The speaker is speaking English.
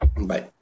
Bye